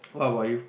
what about you